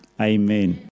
Amen